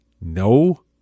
No